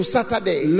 Saturday